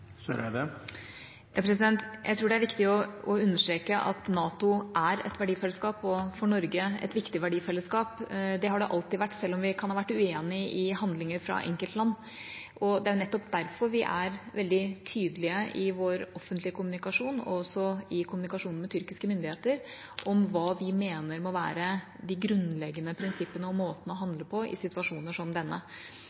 Jeg tror det er viktig å understreke at NATO er et verdifellesskap og for Norge et viktig verdifellesskap. Det har det alltid vært, selv om vi kan ha vært uenig i handlinger fra enkeltland. Det er nettopp derfor vi er veldig tydelige i vår offentlige kommunikasjon og i kommunikasjonen med tyrkiske myndigheter på hva vi mener må være de grunnleggende prinsippene og måten å